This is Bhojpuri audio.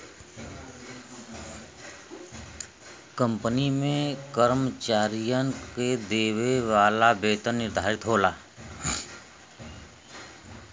कंपनी में कर्मचारियन के देवे वाला वेतन निर्धारित होला